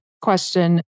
question